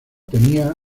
tenía